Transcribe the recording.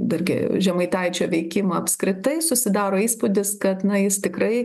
dargi žemaitaičio veikimą apskritai susidaro įspūdis kad na jis tikrai